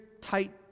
tight